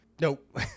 Nope